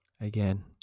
again